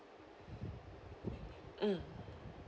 mm